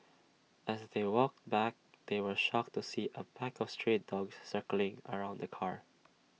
as they walked back they were shocked to see A pack of stray dogs circling around the car